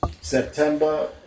September